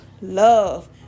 love